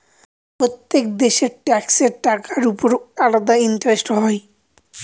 প্রত্যেক দেশের ট্যাক্সের টাকার উপর আলাদা ইন্টারেস্ট হয়